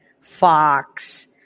Fox